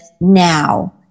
now